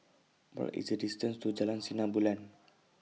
What IS The distance to Jalan Sinar Bulan